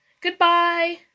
Goodbye